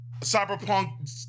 Cyberpunk